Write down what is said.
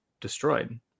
destroyed